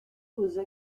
aux